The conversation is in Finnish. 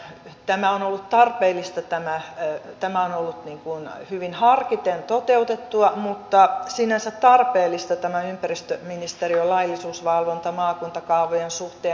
tämä on ollut tarpeellista tämä heittämään haluttiin kuulla hyvin harkiten toteutettua mutta sinänsä tarpeellista tämä ympäristöministeriön laillisuusvalvonta maakuntakaavojen suhteen